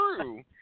true